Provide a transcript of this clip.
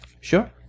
Sure